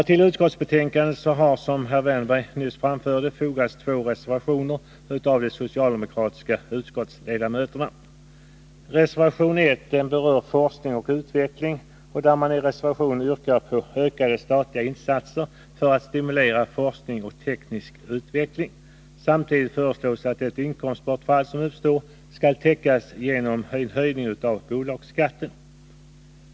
Till utskottsbetänkandet har, som Erik Wärnberg nyss framförde, fogats två reservationer av de socialdemokratiska utskottsledamöterna. Reservation 1 berör forskning och utveckling. I reservationen yrkar man ökade statliga insatser för att stimulera forskning och teknisk utveckling. Samtidigt föreslås att det inkomstbortfall som uppstår skall täckas genom höjning av bolagsskatten.